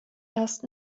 erst